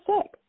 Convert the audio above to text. sick